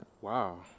Wow